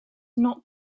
not